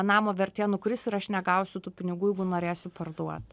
namo vertė nukris ir aš negausiu tų pinigų jeigu norėsiu parduot